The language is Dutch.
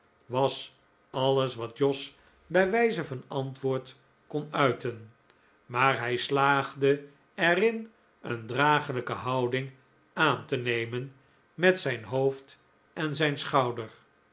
was alles wat jos bij wijze van antwoord kon uiten maar hij slaagde er in een dragelijke houding aan te nemen met zijn hoofd op zijn schouder